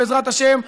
בעזרת השם,